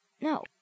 No